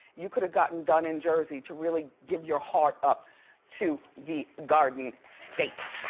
you coulda gotten done in jersey to really give your heart up to the garden state.